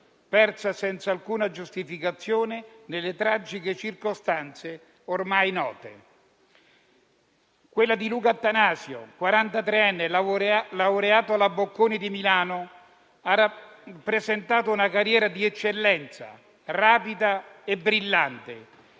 persa senza alcuna giustificazione nelle tragiche circostanze ormai note. Quella di Luca Attanasio, quarantatreenne laureato alla Bocconi di Milano, ha rappresentato una carriera di eccellenza, rapida e brillante,